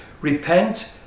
repent